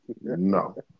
No